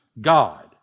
God